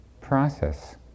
process